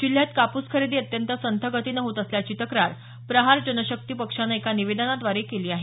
जिल्ह्यात कापूस खरेदी अत्यंत संथ गतीनं होत असल्याची तक्रार प्रहार जनशक्ती पक्षानं एका निवेदनाद्वारे केली आहे